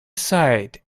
side